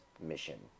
mission